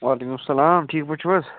وعلیکُم سلام ٹھیٖک پٲٹھۍ چھِو حظ